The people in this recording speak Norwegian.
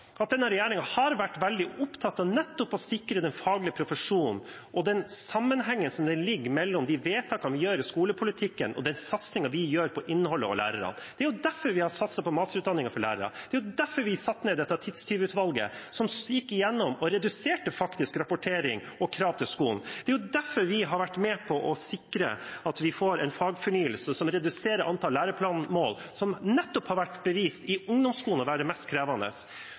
at denne regjeringen har vært veldig opptatt av nettopp å sikre den faglige profesjonen og den sammenhengen som ligger mellom de vedtakene vi fatter i skolepolitikken, og den satsingen vi gjør når det gjelder innhold og lærere. Det er jo derfor vi har satset på masterutdanningen for lærerne. Det er derfor vi har satt ned dette tidstyvutvalget, som gikk gjennom og faktisk reduserte rapportering og krav til skolen. Det er derfor vi har vært med på å sikre at vi får en fagfornyelse som reduserer antall læreplanmål, som nettopp har vært bevist i ungdomsskolen å være mest krevende